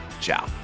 Ciao